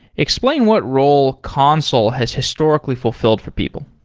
explain what role consul has historically fulfilled for people.